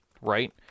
right